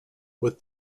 with